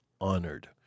honored